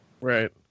Right